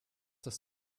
das